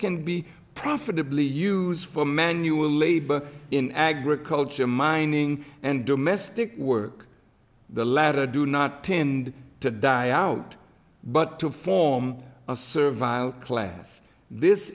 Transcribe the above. can be profitably use for manual labor in agriculture mining and domestic work the latter do not tend to die out but to form a survival class this